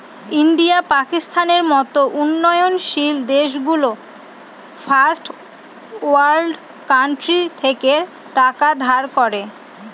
India, পাকিস্তানের মত উন্নয়নশীল দেশগুলো ফার্স্ট ওয়ার্ল্ড কান্ট্রি থেকে টাকা ধার করে